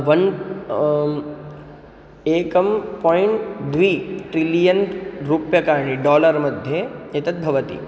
one एकं point द्वि trillion रूप्यकाणि डालर् मध्ये एतद् भवति